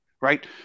right